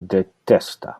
detesta